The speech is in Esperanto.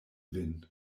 vin